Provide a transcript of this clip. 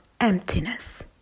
emptiness